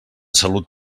salut